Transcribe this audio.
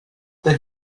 the